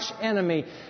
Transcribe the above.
enemy